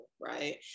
right